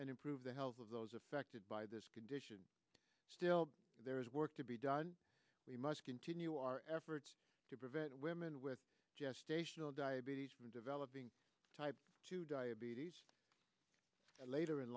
and improve the health of those affected by this condition still there is work to be done we must continue our efforts to prevent women with gestational diabetes from developing type two diabetes later in